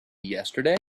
yesterday